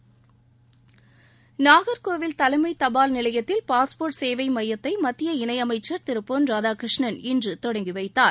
முதலமைச்சர் நாகர்கோவில் தலைமை தபால் நிலையத்தில் பாஸ்போர்ட் சேவை மையத்தை மத்திய இணை அமைச்சர் திரு பொன் ராதாகிருஷ்ணன் இன்று தொடங்கி வைத்தார்